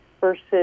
versus